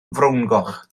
frowngoch